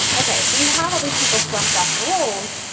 ok, so you have all these people swept up the rolls.